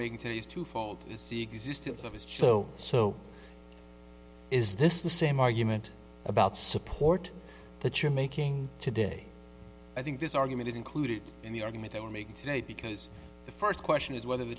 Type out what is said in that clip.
making today is twofold to see existence of his show so is this the same argument about support that you're making today i think this argument is included in the argument they were making today because the first question is whether the